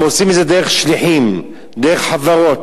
הם עושים את זה דרך שליחים, דרך חברות.